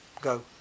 go